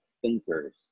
thinkers